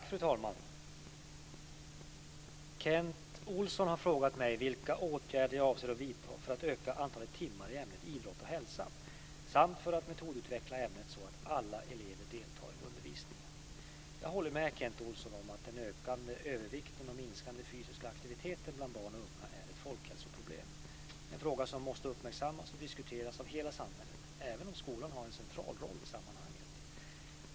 Fru talman! Kent Olsson har frågat mig vilka åtgärder jag avser vidta för att öka antalet timmar i ämnet idrott och hälsa samt för att metodutveckla ämnet så att alla elever deltar i undervisningen. Jag håller med Kent Olsson om att den ökande övervikten och minskade fysiska aktiviteten bland barn och unga är ett folkhälsoproblem. Det är en fråga som måste uppmärksammas och diskuteras av hela samhället, även om skolan har en central roll i sammanhanget.